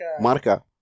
Marca